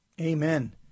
Amen